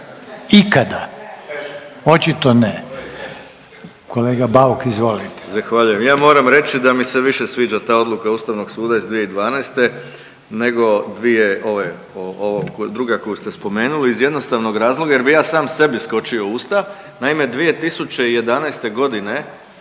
Ikada? Očito ne. Kolega Bauk, izvolite.